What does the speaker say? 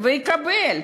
ויקבל.